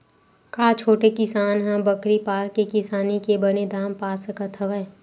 का छोटे किसान ह बकरी पाल के किसानी के बने दाम पा सकत हवय?